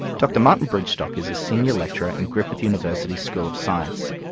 dr martin bridgestock is a senior lecturer in griffith university's school of science.